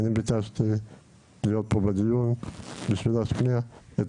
אני ביקשתי להיות בדיון כדי להשמיע את